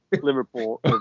liverpool